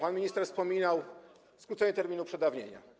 Pan minister wspominał o skróceniu terminu przedawnienia.